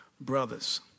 brother's